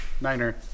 niner